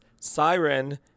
siren